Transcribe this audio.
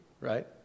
right